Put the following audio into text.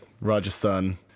Rajasthan